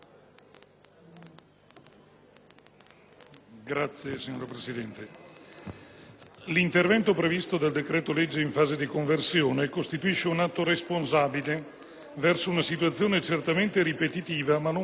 *(PD)*. Signora Presidente, l'intervento previsto dal decreto-legge in fase di conversione costituisce un atto responsabile verso una situazione certamente ripetitiva, ma non per questo meno drammatica.